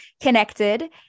connected